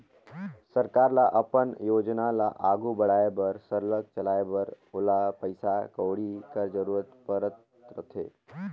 सरकार ल अपन योजना ल आघु बढ़ाए बर सरलग चलाए बर ओला पइसा कउड़ी कर जरूरत परत रहथे